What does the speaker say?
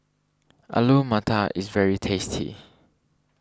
Alu Matar is very tasty